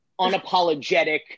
unapologetic